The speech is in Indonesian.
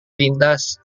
lintas